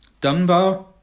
Dunbar